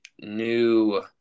new